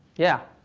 yeah?